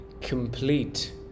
complete